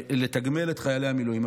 לתגמל את חיילי המילואים.